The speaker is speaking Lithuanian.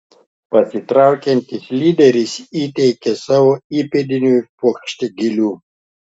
pasitraukiantis lyderis įteikė savo įpėdiniui puokštę gėlių